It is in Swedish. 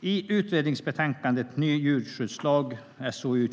I utredningsbetänkandet Ny djurskyddslagHerr